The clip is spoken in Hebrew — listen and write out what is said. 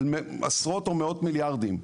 עשרות או מאות מיליארדים.